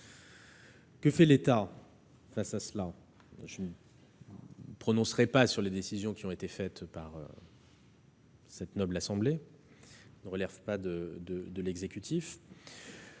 Que fait l'État face à cela ? Je ne me prononcerai pas sur la décision qui a été prise par cette noble assemblée ; cela ne relève pas de l'exécutif.